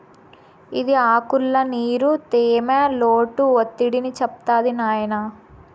ఇది ఆకుల్ల నీరు, తేమ, లోటు ఒత్తిడిని చెప్తాది నాయినా